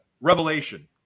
Revelation